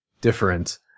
different